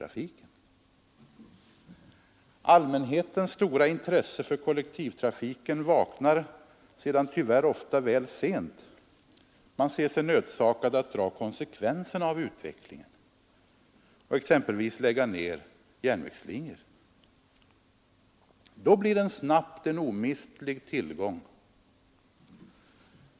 Allmänhetens stora intresse för kollektivtrafiken vaknar tyvärr ofta väl sent. När vi ser oss nödsakade att dra konsekvenserna av utvecklingen och exempelvis lägga ned järnvägslinjer, blir dessa snabbt en omistlig tillgång.